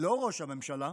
לא ראש הממשלה.